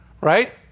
right